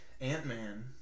Ant-Man